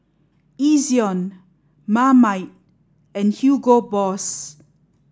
Ezion Marmite and Hugo Boss